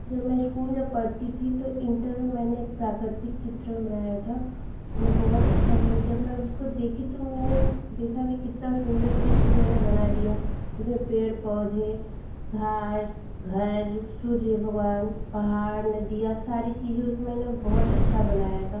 जब मैं स्कूल में पढ़ती थी तो इण्टर में मैंने एक प्राकृतिक चित्रण बनाया था वह बहुत अच्छा बना जब मैंने उसको देखा तो मैंने देखा कि कितना सुन्दर चित्र मैंने बना दिया उसमें पेड़ पौधे घास घर सूर्य भगवान पहाड़ नदियाँ सारी चीज़ें उस मैंने बहुत अच्छी बनाई थीं